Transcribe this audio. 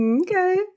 Okay